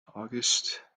august